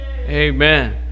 Amen